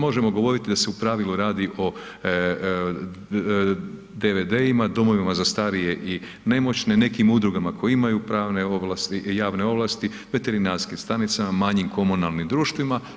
Možemo govoriti da se u pravilu radi o DVD-ima, domovima za starije i nemoćne, nekim udrugama koje imaju pravne ovlasti, javne ovlasti, veterinarskim stanicama, manjim komunalnim društvima.